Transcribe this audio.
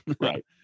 right